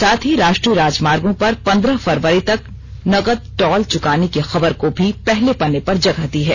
साथ ही राष्ट्रीय राजमार्गो पर पंद्रह फरवरी तक नगद टॉल चुकाने की खबर को भी पहले पन्ने पर जगह दी है